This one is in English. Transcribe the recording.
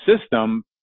system